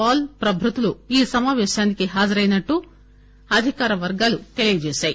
Paul ప్రభృద్దులు ఈ సమాపేశానికి హాజరైనట్లు అధికార వర్గాలు తెలియజేశాయి